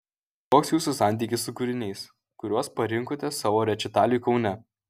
koks jūsų santykis su kūriniais kuriuos parinkote savo rečitaliui kaune